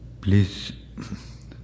Please